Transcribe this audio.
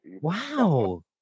Wow